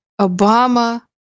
Obama